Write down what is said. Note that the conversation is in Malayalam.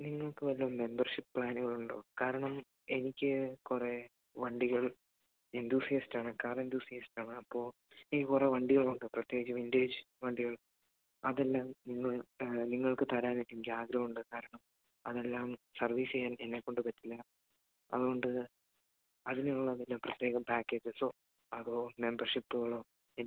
നിങ്ങൾക്ക് വല്ല മെമ്പർഷിപ്പ് പ്ലാനുകളുണ്ടോ കാരണം എനിക്ക് കുറേ വണ്ടികൾ എന്തൂസിയസ്റ്റാണ് കാര് എന്തൂസിയസ്റ്റാണ് അപ്പോള് എനിക്ക് കുറേ വണ്ടികളുണ്ട് പ്രത്യേകിച്ച് വിൻറ്റേജ് വണ്ടികൾ അതെല്ലാം നിങ്ങൾ നിങ്ങൾക്ക് തരാനായിട്ട് എനിക്കാഗ്രഹമുണ്ട് കാരണം അതെല്ലാം സർവീസ് ചെയ്യാൻ എന്നെക്കൊണ്ട് പറ്റില്ല അതുകൊണ്ട് അതിനുള്ള വല്ല പ്രത്യേക പാക്കേജസോ അതോ മെമ്പർഷിപ്പുകളോ എനിക്ക്